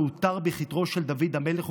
עם המעוטר בכתרו של דוד המלך.